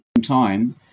time